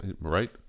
right